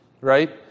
right